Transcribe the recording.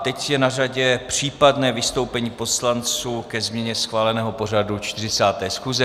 Teď je na řadě případné vystoupení poslanců ke změně schváleného pořadu 40. schůze.